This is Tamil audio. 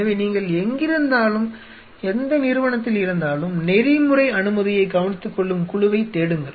எனவே நீங்கள் எங்கிருந்தாலும் எந்த நிறுவனத்தில் இருந்தாலும் நெறிமுறை அனுமதியைக் கவனித்துக்கொள்ளும் குழுவைத் தேடுங்கள்